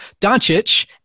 Doncic